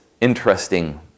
interesting